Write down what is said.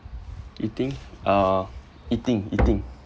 eating uh eating eating